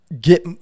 get